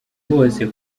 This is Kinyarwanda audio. bose